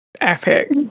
epic